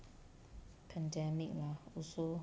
pandemic mah also